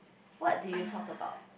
what do you talk about